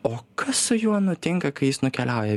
o kas su juo nutinka kai jis nukeliauja